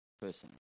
person